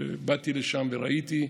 ובאתי לשם וראיתי,